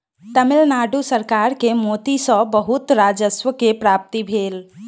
तमिल नाडु सरकार के मोती सॅ बहुत राजस्व के प्राप्ति भेल